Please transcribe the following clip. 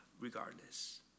regardless